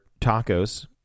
tacos